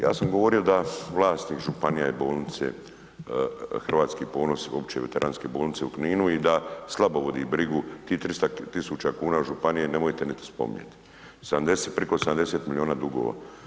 Ja sam govorio da vlasnik županija i bolnice Hrvatski ponos, opće veteranske bolnice u Kninu i da slabo vodi brigu, tih 300 tisuća kuna županije nemojte niti spominjati,70, preko 70 milijuna dugova.